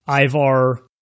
Ivar